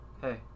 hey